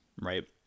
right